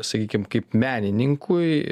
sakykim kaip menininkui